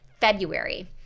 February